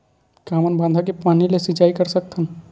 का हमन बांधा के पानी ले सिंचाई कर सकथन?